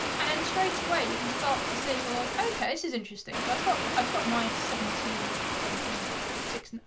and then straight away you can start to say, well, okay, this is interesting. so i've got i've got my seventy, was it seventy six,